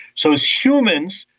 so as humans,